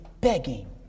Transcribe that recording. begging